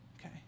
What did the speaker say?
Okay